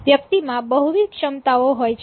વ્યક્તિ માં બહુવિધ ક્ષમતાઓ હોય છે